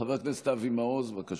חבר הכנסת אבי מעוז, בבקשה.